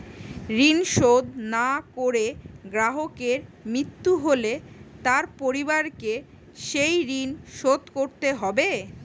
ঋণ শোধ না করে গ্রাহকের মৃত্যু হলে তার পরিবারকে সেই ঋণ শোধ করতে হবে?